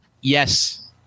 Yes